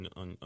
on